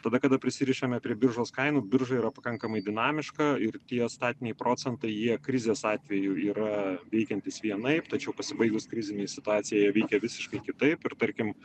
tada kada prisirišame prie biržos kainų birža yra pakankamai dinamiška ir tie statiniai procentai jie krizės atveju yra veikiantys vienaip tačiau pasibaigus krizinei situacijai jie veikia visiškai kitaip ir tarkim